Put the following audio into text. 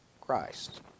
Christ